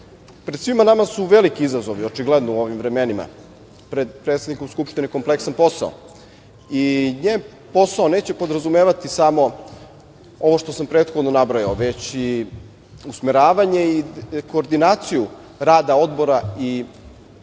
svima nama su veliki izazovi, očigledno u ovim vremenima. Pred predsednikom Skupštine je kompleksan posao i njen posao neće podrazumevati samo ovo što sam prethodno nabrojao, već i usmeravanje i koordinaciju rada odbora i